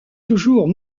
toujours